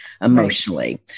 emotionally